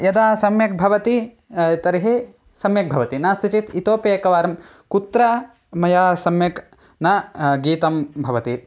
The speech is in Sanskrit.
यदा सम्यक् भवति तर्हि सम्यक् भवति नास्ति चेत् इतोऽपि एकवारं कुत्र मया सम्यक् न गीतं भवति